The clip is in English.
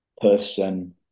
person